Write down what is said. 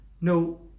no